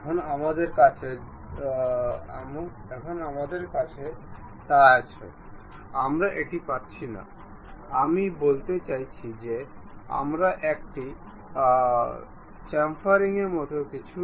এখন পর্যন্ত আমরা দেখতে পাচ্ছি যে এই দুটি একে অপরের প্যারালেল ভাবে এলাইন করেনা